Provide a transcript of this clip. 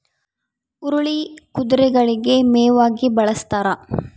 ಹುರುಳಿ ಕುದುರೆಗಳಿಗೆ ಮೇವಾಗಿ ಬಳಸ್ತಾರ